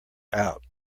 out